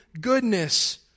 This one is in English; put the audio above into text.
goodness